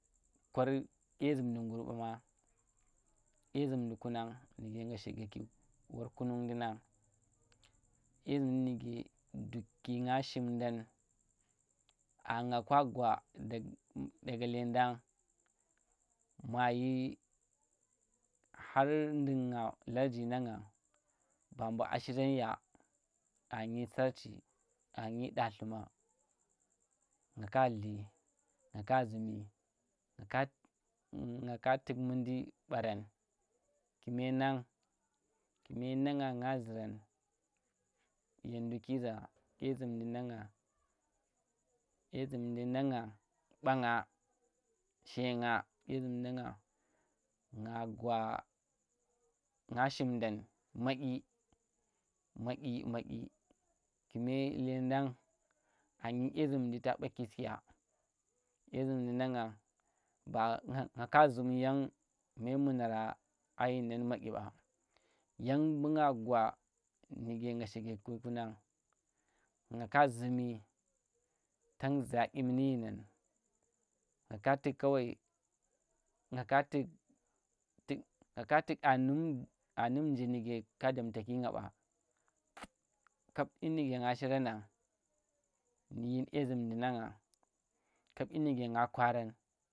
Kwar dye zundi ngur ɓama. Dye zumdi kunang nuge nga shigaki wor kuning ndi nang dye zemdi nuke dukki nga shimdam, a nga ka gwa daga lledeng mayi khor ndukh nga larji, nang ngang bu mbu a shiram ya a nyia sorchi any ɗadei ma nga ka dli, nga ka zumi nga nga ka tuk mundi ɓaren kume nang, ku̱ me nang nga, nga zuren ve nduki za dye zamdi na ngeng dye zundi nang ngeng ɓange she nga dye zamdi nang ngang, nga gwa, nga shimdan madyi kume lendang anyi dye zumdi ta ɓaki suya dye zumdi nam ngang ba nga ka zum yang memunera a yinan madyi ba yem mbu nga gwa nuge nga shigaki ku nang nga zumi tang za dyim ni nang ngaka tuk kawai, nga ka tuk, tuk ngaka tuk a num a num nje nuge ka damtaki nga ɓa kap dyi nuge nga shiran na nu yin dye zumdi nang kap dyi nuge nga kwara.